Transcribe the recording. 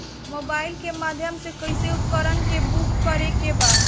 Mobile के माध्यम से कैसे उपकरण के बुक करेके बा?